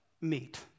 meet